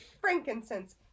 Frankincense